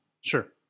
Sure